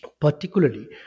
particularly